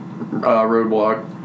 Roadblock